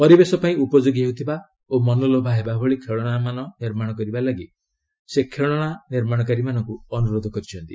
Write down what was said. ପରିବେଶ ପାଇଁ ଉପଯୋଗୀ ହେଉଥିବା ଓ ମନଲୋଭା ହେବା ଭଳି ଖେଳଣାମାନ ନିର୍ମାଣ କରିବାକୁ ସେ ଖେଳଣା ନିର୍ମାଣକାରୀମାନଙ୍କୁ ଅନୁରୋଧ କରିଛନ୍ତି